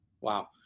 Wow